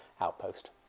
outpost